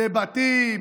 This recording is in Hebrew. לבתים,